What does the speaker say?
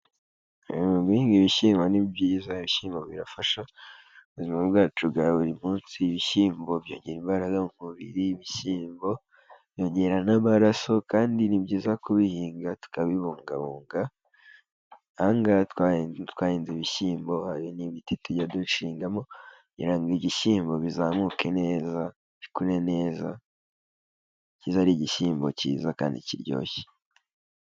Guhinga ibishyimbo ni byiza, ibishyimbo birafasha mu buzima bwacu bwa buri munsi, ibishyimbo byongera imbaraga mu mubiri, ibishyimbo byongera n'amaraso, kandi ni byiza kubihinga tukabibungabunga, aha ngaha twahinze ibishyimbo, ibi ni ibiti tujyenda dushingamo, kugira ngo igishyimbo bizamuke neza, gikure neza, kize ari igishyimbo cyiza kandi kiryoshye.